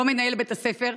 לא מנהל בית הספר.